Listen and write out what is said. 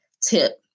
tip